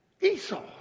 Esau